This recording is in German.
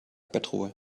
bettruhe